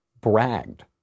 bragged